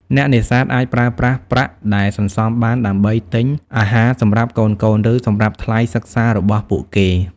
អ្នកនេសាទអាចប្រើប្រាស់ប្រាក់ដែលសន្សំបានដើម្បីទិញអាហារសម្រាប់កូនៗ ឬសម្រាប់ថ្លៃសិក្សារបស់ពួកគេ។